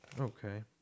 Okay